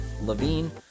levine